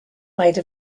made